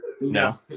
no